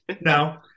No